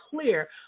clear